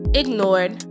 ignored